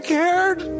cared